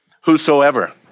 Whosoever